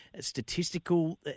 statistical